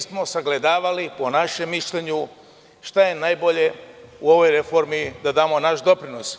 Sagledavali smo po našem mišljenju šta je najbolje u ovoj reformi da damo naš doprinos.